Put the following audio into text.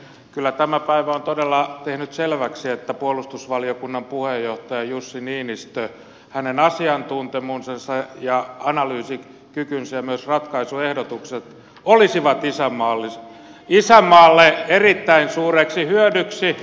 kyllä tämä päivä on todella tehnyt selväksi että puolustusvaliokunnan puheenjohtajan jussi niinistön asiantuntemus ja analyysikyky ja myös ratkaisuehdotukset olisivat isänmaalle erittäin suureksi hyödyksi